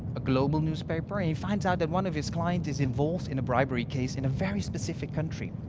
a global newspaper. and he finds out that one of his client is involved in a bribery case in a very specific country,